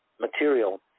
material